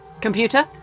Computer